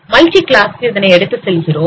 multi class க்கு இதனை எடுத்துச் செல்கிறோம்